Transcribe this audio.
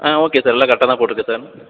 ஆ okay sir எல்லாம் கரெக்டாகதான் போட்டிருக்கு சார்